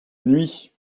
nuit